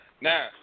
Now